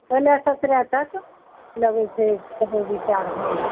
सोलह सत्रह तक लगैत छै करबै बिचार हँ